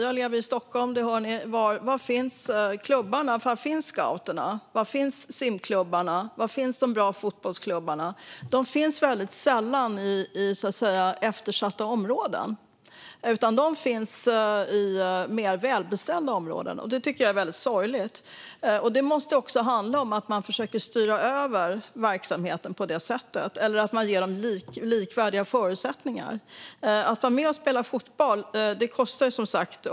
Jag lever i Stockholm, som ni hör, och man kan undra var klubbarna finns. Var finns Scouterna, simklubbarna och de bra fotbollsklubbarna? De finns väldigt sällan i eftersatta områden, utan de finns i mer välbeställda områden. Detta tycker jag är sorgligt. Det måste handla om att försöka styra över verksamheter på det sättet eller ge dem likvärdiga förutsättningar. Att vara med och spela fotboll kostar, som sagt.